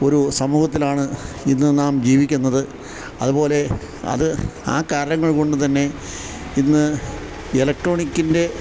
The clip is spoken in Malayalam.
ഒരു സമൂഹത്തിലാണ് ഇന്നു നാം ജീവിക്കുന്നത് അതുപോലെ അത് ആ കാരണങ്ങൾ കൊണ്ടു തന്നെ ഇന്ന് ഇലക്ട്രോണിക്കിൻ്റെ